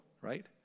right